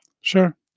Sure